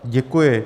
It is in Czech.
Děkuji.